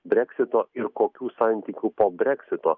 breksito ir kokių santykių po breksito